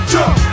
Jump